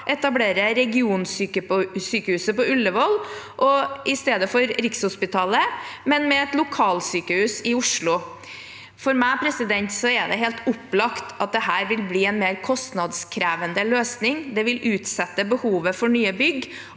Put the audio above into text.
etablerer region sykehus på Ullevål i stedet for Rikshospitalet, men med et lokalsykehus i Oslo. For meg er det helt opplagt at dette vil bli en mer kostnadskrevende løsning. Det vil utsette behovet for nye bygg,